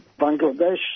Bangladesh